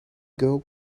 girl